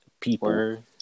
people